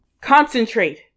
Concentrate